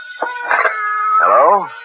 Hello